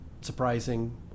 surprising